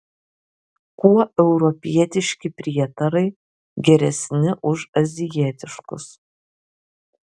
kuo europietiški prietarai geresni už azijietiškus